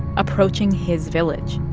approaching his village.